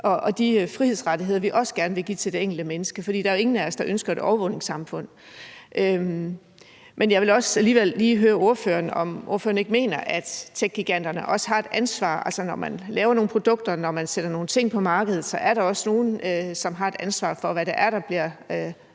og de frihedsrettigheder, vi også gerne vil give til det enkelte menneske, for der er jo ingen af os, der ønsker et overvågningssamfund. Men jeg vil også alligevel lige høre ordføreren, om ordføreren ikke mener, at techgiganterne også har et ansvar – altså, når man laver nogle produkter, når man sætter nogle ting på markedet, er der også nogen, som har et ansvar for, hvad det er, der bliver lagt